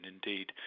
Indeed